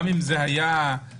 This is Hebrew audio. גם אם זה היה לטענתך,